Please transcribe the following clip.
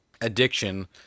addiction